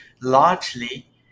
largely